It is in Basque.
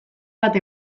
bat